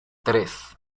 tres